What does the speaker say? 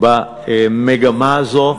במגמה הזאת.